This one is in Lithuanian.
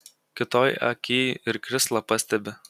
kito akyj ir krislą pastebi